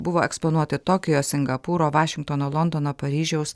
buvo eksponuoti tokijo singapūro vašingtono londono paryžiaus